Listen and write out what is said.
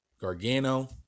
Gargano